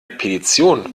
petition